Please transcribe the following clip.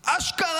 אשכרה,